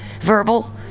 verbal